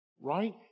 right